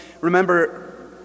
Remember